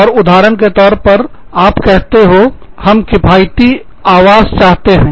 और उदाहरण के तौर पर आप कहते हो हम किफायती आवास चाहते हैं